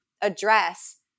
address